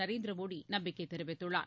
நரேந்திர மோடி நம்பிக்கை தெரிவித்துள்ளார்